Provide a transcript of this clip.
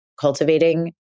cultivating